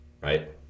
right